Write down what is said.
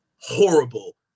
horrible